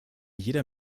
jeder